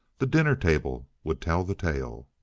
the dinner table would tell the tale.